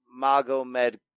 Magomed